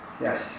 Yes